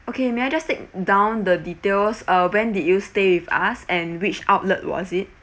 okay may I just take down the details uh when did you stay with us and which outlet was it